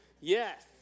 Yes